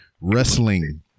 Wrestling